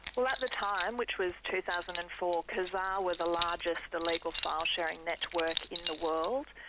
well at the time, which was two thousand and four, kazaa were the largest illegal file sharing network in the world.